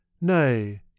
Nay